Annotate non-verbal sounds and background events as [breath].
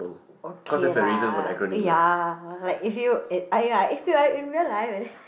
okay lah ya like if you eh ah ya if you're in real life and [breath]